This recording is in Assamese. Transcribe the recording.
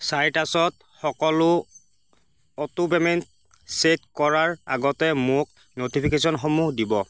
চাইটাছত সকলো অটো পে'মেণ্ট চে'ট কৰাৰ আগতে মোক ন'টিফিকেচনসমূহ দিব